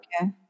okay